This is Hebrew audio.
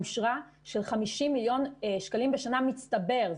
אושרו 50 מיליון שקלים בשנה מצטבר.